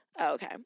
okay